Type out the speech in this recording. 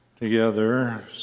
together